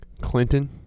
Clinton